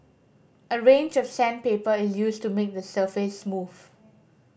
a range of sandpaper is used to make the surface smooth